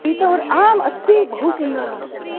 पीतवर्णः आम् अस्ति बहु सुन्दरमस्ति